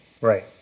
Right